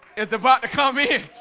it's about to come here.